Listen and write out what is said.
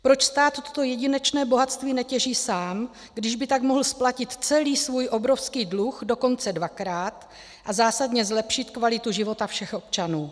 Proč stát toto jedinečné bohatství netěží sám, když by tak mohl splatit celý svůj obrovský dluh dokonce dvakrát a zásadně zlepšit kvalitu života všech občanů.